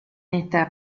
esta